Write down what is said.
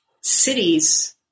cities